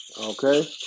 Okay